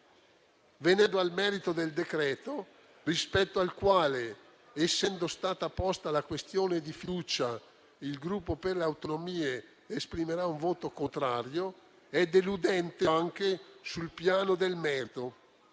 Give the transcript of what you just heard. Venendo al merito del decreto-legge, rispetto al quale, essendo stata posta la questione di fiducia, il Gruppo per le Autonomie esprimerà un voto contrario, è deludente anche sul piano del merito,